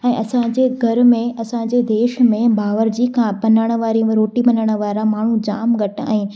ऐं असांजे घरु में असांजे देश में बावर्ची खां बणणु वारियूं में रोटी बणणु वारा माण्हूं जाम घटि आहिनि